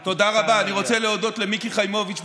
את מיקי חיימוביץ',